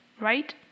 right